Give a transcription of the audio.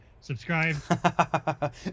subscribe